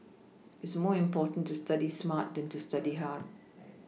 it is more important to study smart than to study hard